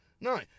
no